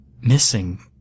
missing